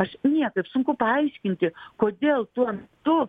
aš niekaip sunku paaiškinti kodėl tuo metu